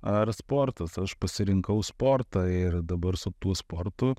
ar sportas aš pasirinkau sportą ir dabar su tuo sportu